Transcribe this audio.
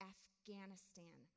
Afghanistan